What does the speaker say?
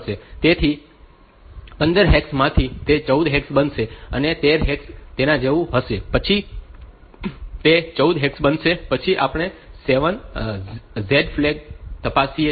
તેથી 15 હેક્સ માંથી તે 14 હેક્સ બનશે અને 13 હેક્સ તેના જેવું હશે પહેલા તે 14 હેક્સ બનશે પછી આપણે Z ફ્લેગ તપાસીએ છીએ